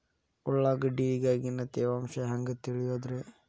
ಉಳ್ಳಾಗಡ್ಯಾಗಿನ ತೇವಾಂಶ ಹ್ಯಾಂಗ್ ತಿಳಿಯೋದ್ರೇ?